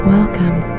Welcome